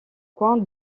coin